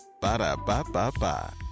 Ba-da-ba-ba-ba